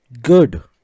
good